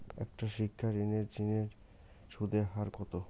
একটা শিক্ষা ঋণের জিনে সুদের হার কত?